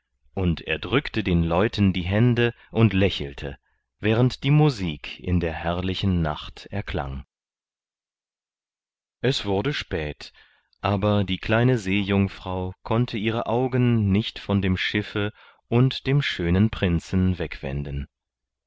und er drückte den leuten die hände und lächelte während die musik in der herrlichen nacht erklang es wurde spät aber die kleine seejungfrau konnte ihre augen nicht von dem schiffe und dem schönen prinzen wegwenden